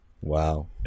Wow